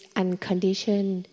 unconditioned